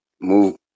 move